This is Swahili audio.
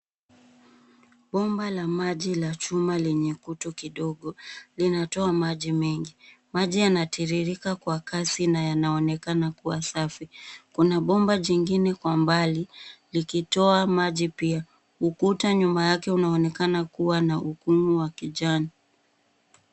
Bomba la maji la chuma lenye kutu kidogo. Linatoa maji mengi. Maji yanatiririka kwa kasi na yanaonekana kuwa safi. Kuna bomba jingine kwa mbali likitoa maji pia. Ukuta nyuma yake unaonekana kuwa na ukumu wa kijani.